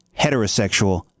heterosexual